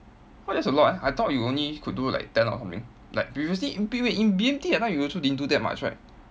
what that's a lot eh I thought you only could do like ten or something like previously in B in B_M_T that time you also didn't do that much right